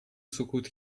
سکوت